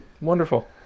Wonderful